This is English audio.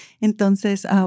Entonces